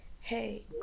hey